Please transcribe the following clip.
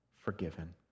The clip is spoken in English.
forgiven